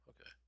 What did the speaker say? Okay